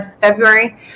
February